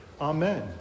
Amen